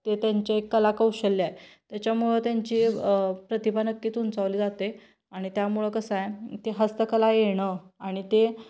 ते त्यांचे एक कलाकौशल्यय त्याच्यामुळं त्यांची प्रतिभा नक्कीच उंचवली जाते आणि त्यामुळं कसं आहे ते हस्तकला येणं आणि ते